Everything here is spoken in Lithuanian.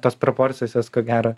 tos proporcijos jos ko gero